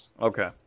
Okay